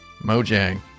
Mojang